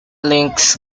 links